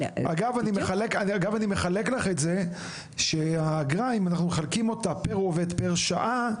אגב אני מחלק לך את זה שהאגרה אם מחלקים אותה פר עובד פר שעה,